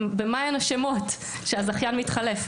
במה הן אשמות שהזכיין מתחלף?